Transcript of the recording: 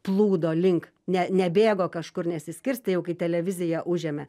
plūdo link ne ne bėgo kažkur nesiskirstė jau kai televiziją užėmė